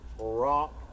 rock